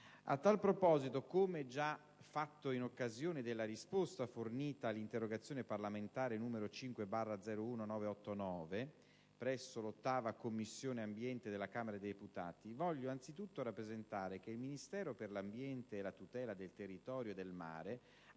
A tal proposito, come già fatto in occasione della risposta fornita all'interrogazione parlamentare numero 5/01989, presso l'VIII Commissione (ambiente) della Camera dei deputati, voglio anzitutto rappresentare che il Ministero dell'ambiente e della tutela del territorio e del mare